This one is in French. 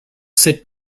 sept